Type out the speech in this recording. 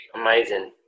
Amazing